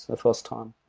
ah first time.